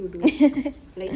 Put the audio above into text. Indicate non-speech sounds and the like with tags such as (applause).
(laughs)